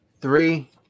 Three